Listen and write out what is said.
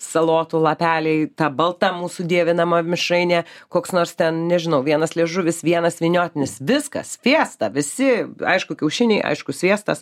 salotų lapeliai ta balta mūsų dievinama mišrainė koks nors ten nežinau vienas liežuvis vienas vyniotinis viskas fiesta visi aišku kiaušiniai aišku sviestas